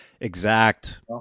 exact